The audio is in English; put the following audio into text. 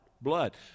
blood